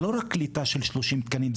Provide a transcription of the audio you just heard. זה לא רק קליטה של 30 תקנים,